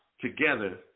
together